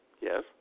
Yes